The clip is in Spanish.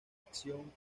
acción